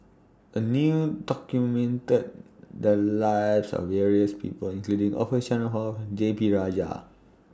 A New documented The Lives of various People including Orfeur Cavenagh and D P Rajah